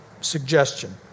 suggestion